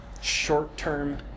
short-term